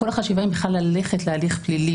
כאשר כל החשיבה אם בכלל ללכת להליך פלילי